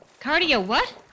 Cardio-what